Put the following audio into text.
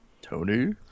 Tony